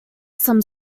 some